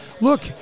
look